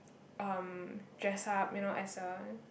um dress up you know as well